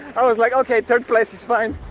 i was like ok, third place is fine